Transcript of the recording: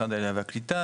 משרד העלייה והקליטה,